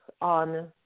on